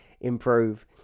improve